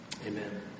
Amen